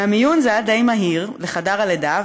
מהמיון זה היה די מהיר לחדר הלידה,